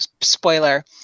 spoiler